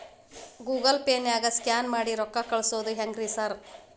Google ಪೇನಾಗ scan ಮಾಡಿ ರೊಕ್ಕಾ ಕಳ್ಸೊದು ಹೆಂಗ್ರಿ ಸಾರ್?